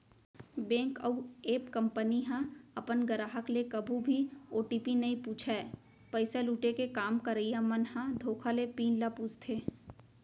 bank अउ app company ह अपन गराहक ले कभू भी ओ.टी.पी नइ पूछय, पइसा लुटे के काम करइया मन ह धोखा ले पिन ल पूछथे